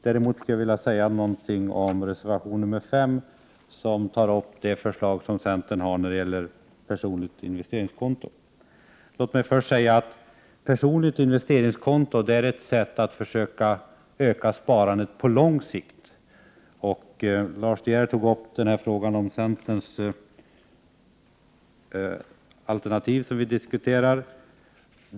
Däremot skall jag säga några ord om reservation 5, som tar upp centerns förslag om personligt investeringskonto. Personligt investeringskonto är ett sätt att försöka öka sparandet på lång sikt. Lars De Geer tog upp centerns alternativ, som vi nu diskuterar.